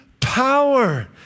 power